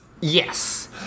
Yes